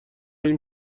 این